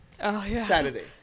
Saturday